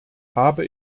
habe